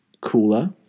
cooler